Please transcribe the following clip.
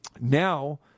now